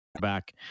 Back